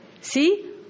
See